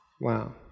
Wow